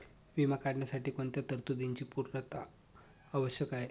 विमा काढण्यासाठी कोणत्या तरतूदींची पूर्णता आवश्यक आहे?